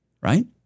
right